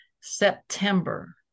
September